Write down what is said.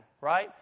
right